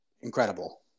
incredible